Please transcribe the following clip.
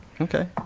okay